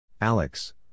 Alex